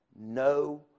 no